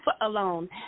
alone